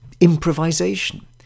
Improvisation